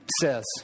says